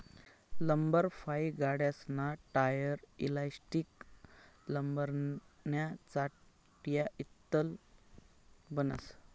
लब्बरफाइ गाड्यासना tyre, elastic, लब्बरन्या चटया इतलं बनस